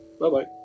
Bye-bye